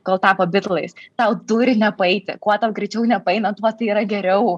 kol tapo bitlais tau turi nepaeiti kuo greičiau nepaeina tuo tai yra geriau